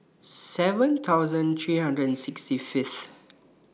seven thousand three hundred and sixty Fifth